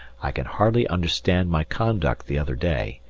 i can hardly understand my conduct the other day.